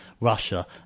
Russia